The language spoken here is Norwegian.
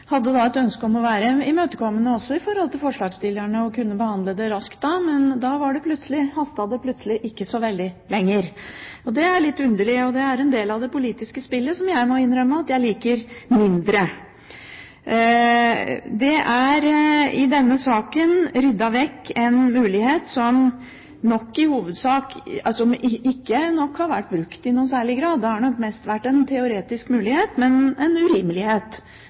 hadde da et ønske om å være imøtekommende, også overfor forslagsstillerne, og få det behandlet raskt. Men da hastet det plutselig ikke så veldig lenger. Det er litt underlig, og det er en del av det politiske spillet som jeg må innrømme at jeg liker mindre. Det er i denne saken ryddet vekk en mulighet som nok ikke har vært brukt i særlig grad. Det har nok mest vært en teoretisk mulighet, men en urimelighet,